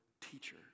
teacher